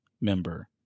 member